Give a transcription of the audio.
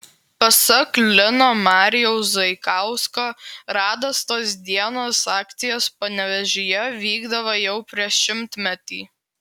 pasak lino marijaus zaikausko radastos dienos akcijos panevėžyje vykdavo jau prieš šimtmetį